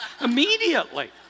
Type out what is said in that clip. Immediately